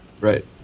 Right